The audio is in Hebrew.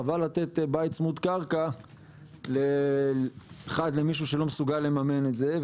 חבל לתת בית צמוד קרקע אחד למישהו שלא מסוגל לממן את זה.